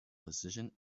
position